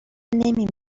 نمی